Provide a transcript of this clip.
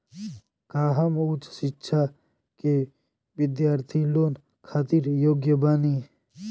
का हम उच्च शिक्षा के बिद्यार्थी लोन खातिर योग्य बानी?